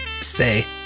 say